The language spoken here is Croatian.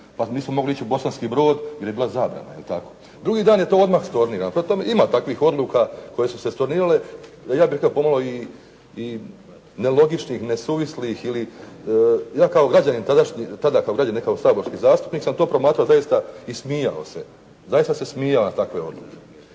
Pa nismo mogli ići u Bosanski Brod jer je bila zabrana jel' tako. Drugi dan je to odmah stornirano. Prema tome ima takvih odluka koje su se stornirale, ja bih rekao pomalo i nelogičnih, nesuvislih. Ja kao građanin tada ne kao saborski zastupnik sam to promatrao doista i smijao se. Zaista se smijao na takve odluke.